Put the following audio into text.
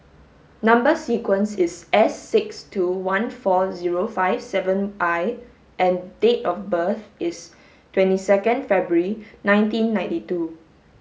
number sequence is S six two one four zero five seven I and date of birth is twenty second February nineteen ninety two